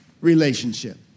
relationship